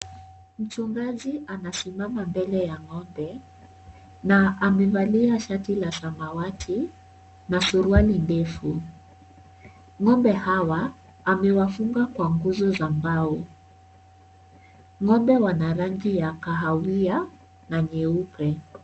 Mchungaji anasimama mbele ya ngombe a amevalia shati la samawati na suruali ndefu , ngombe hawa amewafunga Kwa nyuso za ngao. Ngombe Wana rangi ya kahawia na nyeupe